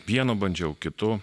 vienu bandžiau kitu